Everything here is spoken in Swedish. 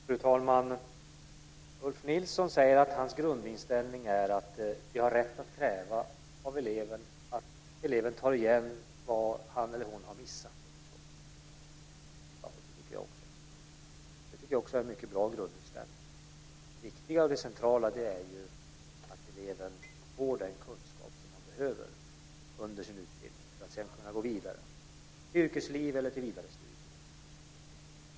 Fru talman! Ulf Nilsson säger att hans grundinställning är att vi har rätt att kräva av eleven att eleven tar igen vad han eller hon har missat. Det tycker jag också är en mycket bra grundinställning. Det viktiga och centrala är att eleven får den kunskap som han eller hon behöver under sin utbildning för att sedan kunna gå vidare till yrkesliv eller till vidare studier.